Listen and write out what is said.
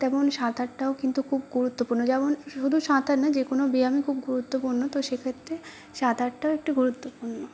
তেমন সাঁতারটাও কিন্তু খুব গুরুত্বপূর্ণ যেমন শুধু সাঁতার নয় যেকোনো ব্যায়ামই খুব গুরুত্বপূর্ণ তো সে ক্ষেত্রে সাঁতারটাও একটা গুরুত্বপূর্ণ